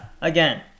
again